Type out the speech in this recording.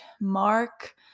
mark